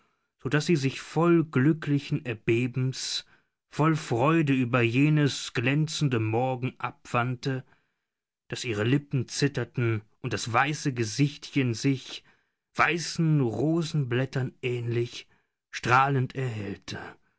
so daß sie sich voll glücklichen erbebens voll freude über jenes glänzende morgen abwandte daß ihre lippen zitterten und das weiße gesichtchen sich weißen rosenblättern ähnlich strahlend erhellte